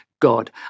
God